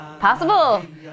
Possible